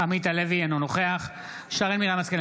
אינו נוכח שרן מרים השכל,